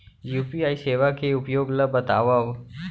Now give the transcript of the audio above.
UPI सेवा के उपयोग ल बतावव?